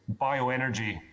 bioenergy